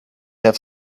have